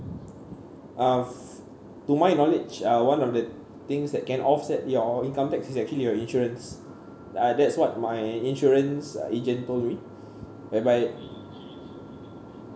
uh f~ to my knowledge uh one of the things that can off set your income tax is actually your insurance uh that is what my insurance uh agent told me whereby